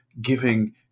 giving